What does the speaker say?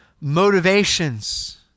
motivations